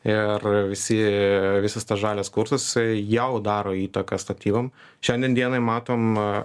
ir visi visas tas žalias kursas jisai jau daro įtaką statybom šiandien dienai matom